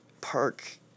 Park